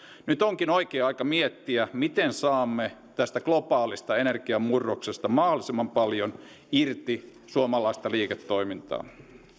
nyt onkin oikea aika miettiä miten saamme tästä globaalista energiamurroksesta mahdollisimman paljon irti suomalaista liiketoimintaa